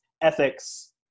Ethics